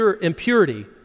impurity